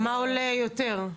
מה עולה יותר?